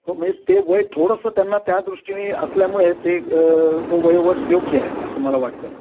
हो म्हणजे ते वय थोडंसं त्यांना त्या दृष्टीने असल्यामुळे ते तो वयोगट योग्य आहे असं मला वाटतं